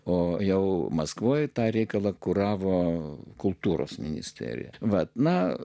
o jau maskvoje tą reikalą kuravo kultūros ministerija vat na